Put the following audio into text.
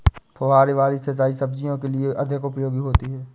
फुहारे वाली सिंचाई सब्जियों के लिए अधिक उपयोगी होती है?